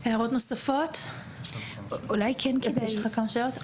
אם בעצם יש פטור ממאמנים בחלק ממכוני הכושר שהם מאוד קטנים,